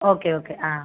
okay okay ah